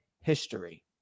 history